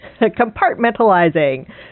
Compartmentalizing